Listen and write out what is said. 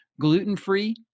Gluten-free